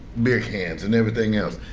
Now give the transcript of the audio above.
beer cans and everything else.